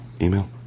email